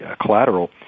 collateral